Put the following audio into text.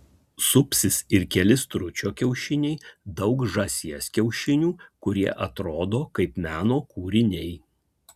supsis ir keli stručio kiaušiniai daug žąsies kiaušinių kurie atrodo kaip meno kūriniai